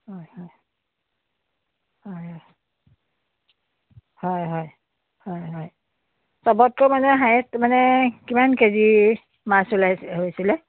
হয় হয় হয় হয় হয় হয় হয় হয় চবতকৈ মানে হায়েষ্ট মানে কিমান কেজি মাছ ওলাইছে অহ্ হৈছিলে